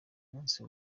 munsi